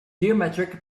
geometric